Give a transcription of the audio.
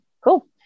cool